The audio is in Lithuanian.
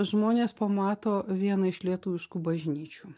žmonės pamato vieną iš lietuviškų bažnyčių